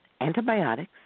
antibiotics